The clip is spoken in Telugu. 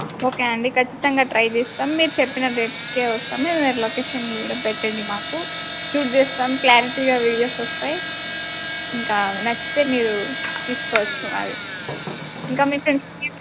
ఓకే అండి ఖచ్చితంగా ట్రై చేస్తాం మీరు చెప్పిన డేట్స్కే వస్తాము మీరు లొకేషన్ కూడా పెట్టండి మాకు షూట్ చేస్తాం క్లారిటీగా వీడియోస్ వస్తాయి ఇంకా నచ్చితే మీరు తీసుకోవచ్చు అవి ఇంకా మీ ప్రిన్